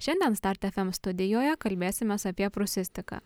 šiandien start fm studijoje kalbėsimės apie prūsistiką